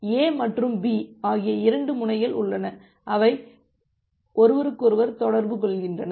A மற்றும் Bஆகிய 2 முனைகள் உள்ளன அவை ஒருவருக்கொருவர் தொடர்பு கொள்கின்றன